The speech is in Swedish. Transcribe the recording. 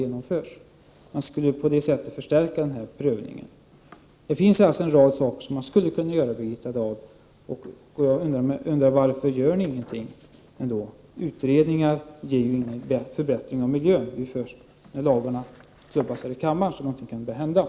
På det sättet skulle man få en förstärkning vad gäller miljökonsekvensbedömningarna. En rad åtgärder skulle alltså kunna vidtas, Birgitta Dahl! Jag undrar: Varför gör ni ingenting? Utredningar ger ju ingen förbättrad miljö. Det är först när beslut fattas här i kammaren om nya lagar som någonting händer.